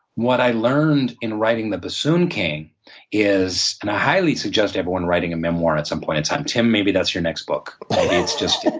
what i learned in writing the bassoon king is and i highly suggest everyone writing a memoir at some point in time. tim, maybe that's your next book, maybe it's just